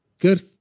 Good